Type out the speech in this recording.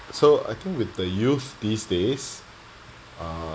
so I think with the youth these days uh